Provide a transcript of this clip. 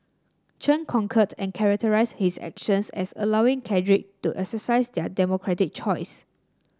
Chen concurred and characterised his actions as allowing cadre to exercise their democratic choice